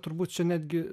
turbūt čia netgi